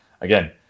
again